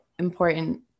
Important